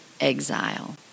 exile